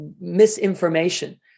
misinformation